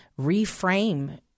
reframe